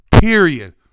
period